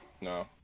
No